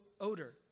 odor